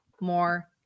more